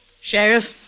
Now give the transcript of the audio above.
Sheriff